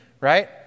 Right